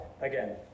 again